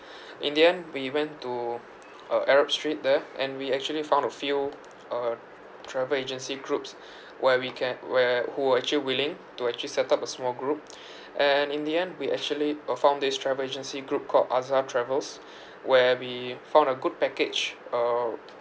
in the end we went to uh arab street there and we actually found a few a travel agency groups where we can where who are actually willing to actually set up a small group and in the end we actually uh found this travel agency group called azza travels where we found a good package uh